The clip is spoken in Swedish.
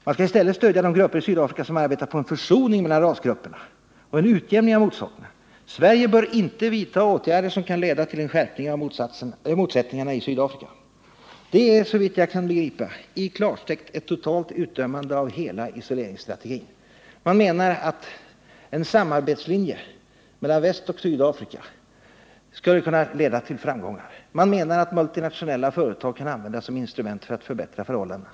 Man skall i stället ”stödja de grupper i Sydafrika som arbetar på en försoning mellan rasgrupperna och en utjämning av motsättningarna mellan dessa. Sverige bör inte vidta åtgärder som kan leda till en skärpning av motsättningarna i Sydafrika.” Det är, såvitt jag kan begripa, i klartext ett utdömande av hela isoleringsstrategin. Man menar att en samarbetsvilja mellan västvärlden och Sydafrika skuile kunna leda till framgångar. Man menar att multinationella företag kan användas som instrument för att förbättra förhållandena.